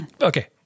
okay